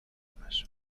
almas